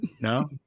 no